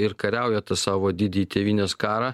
ir kariauja tą savo didįjį tėvynės karą